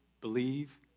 believe